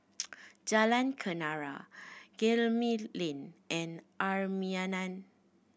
Jalan Kenarah Gemmill Lane and